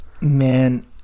Man